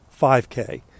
5K